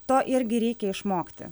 to irgi reikia išmokti